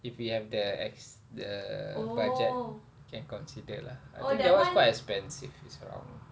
if we have the ex~ the budget can consider lah I think that one's quite expensive is around